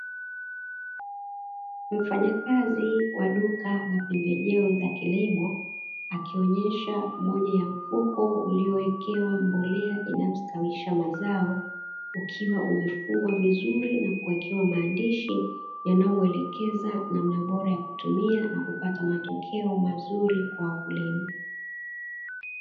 Mfanyakazi wa duka la pembejeo za kilimo, akionesha mmoja ya mfuko uliowekewa mbolea inayostawisha mazao, ukiwa umefungwa vizuri na kuwekewa maandishi yanayomuelekeza namna bora ya kutumia, na kupata matokeo mazuri kwa wakulima.